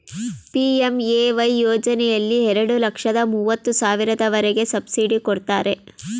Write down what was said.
PMAY ಯೋಜನೆಯಲ್ಲಿ ಎರಡು ಲಕ್ಷದ ಮೂವತ್ತು ಸಾವಿರದವರೆಗೆ ಸಬ್ಸಿಡಿ ಕೊಡ್ತಾರೆ